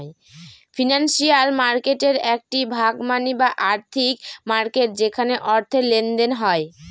financial মার্কেটের একটি ভাগ মানি বা আর্থিক মার্কেট যেখানে অর্থের লেনদেন হয়